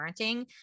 parenting